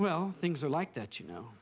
well things are like that you know